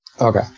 Okay